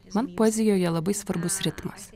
man poezijoje labai svarbus ritmas